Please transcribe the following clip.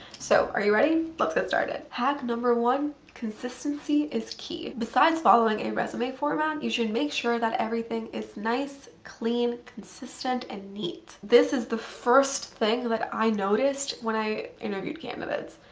so are you ready? let's get started. hack one consistency is key. besides following a resume format you should make sure that everything is nice, clean, consistent, and neat. this is the first thing that i noticed when i interviewed candidates.